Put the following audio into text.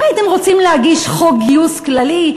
אם הייתם רוצים להגיש חוק גיוס כללי,